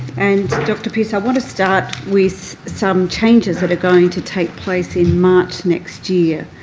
and dr pearce, i want to start with some changes that are going to take place in march next year.